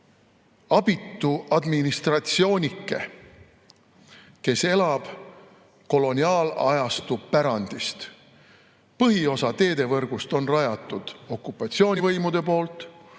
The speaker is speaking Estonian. abitu administratsioonike, kes elab koloniaalajastu pärandist. Põhiosa teedevõrgust on rajatud okupatsioonivõimude poolt,